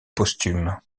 posthume